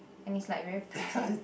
and it's like very pretty